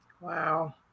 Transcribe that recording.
Wow